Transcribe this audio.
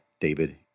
David